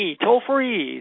toll-free